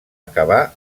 acabà